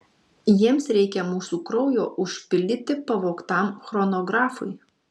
jiems reikia mūsų kraujo užpildyti pavogtam chronografui